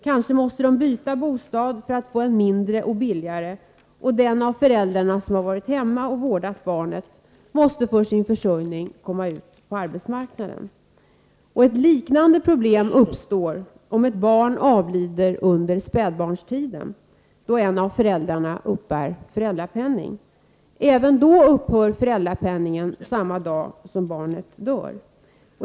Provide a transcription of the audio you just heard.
Kanske måste man byta bostad för att få en mindre och billigare, och den av föräldrarna som har varit hemma och vårdat barnet måste för sin försörjning komma ut på arbetsmarknaden. Ett liknande problem uppstår om ett barn avlider under spädbarnstiden, då en av föräldrarna uppbär föräldrapenning. Även då upphör föräldrapenningen samma dag som barnet dör.